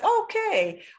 Okay